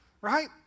right